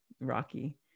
Rocky